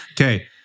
Okay